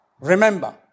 Remember